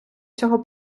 цього